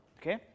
Okay